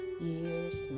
years